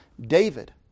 David